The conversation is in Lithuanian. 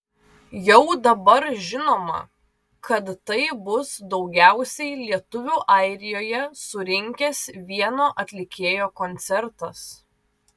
jau dabar žinoma kad tai bus daugiausiai lietuvių airijoje surinkęs vieno atlikėjo koncertas